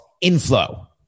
inflow